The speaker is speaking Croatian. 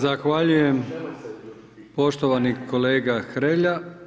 Zahvaljujem poštovani kolega Hrelja.